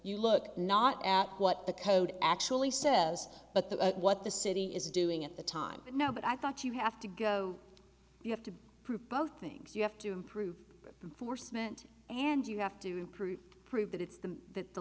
you look not at what the code actually says but that what the city is doing at the time now but i thought you have to go you have to prove both things you have to improve force meant and you have to improve prove that it's the that the